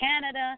Canada